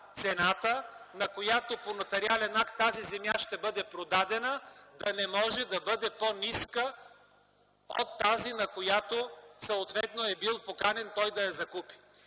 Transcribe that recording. цената, на която по нотариален акт тази земя ще бъде продадена, да не може да бъде по-ниска от тази, на която съответно е бил поканен той да я закупи.